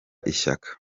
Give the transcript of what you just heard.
ishyaka